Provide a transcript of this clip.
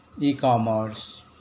e-commerce